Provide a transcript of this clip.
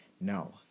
Now